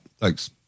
Thanks